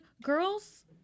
girls